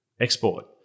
export